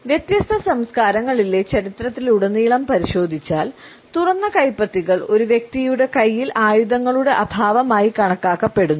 വ്യത്യസ്ത സംസ്കാരങ്ങളിലെ ചരിത്രത്തിലുടനീളം പരിശോധിച്ചാൽ തുറന്ന കൈപ്പത്തികൾ ഒരു വ്യക്തിയുടെ കൈയ്യിൽ ആയുധങ്ങളുടെ അഭാവമായി കണക്കാക്കപ്പെടുന്നു